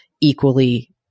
equally